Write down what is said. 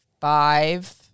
five